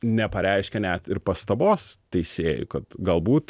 nepareiškia net ir pastabos teisėjui kad galbūt